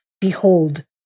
behold